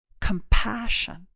compassion